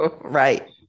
Right